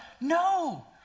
no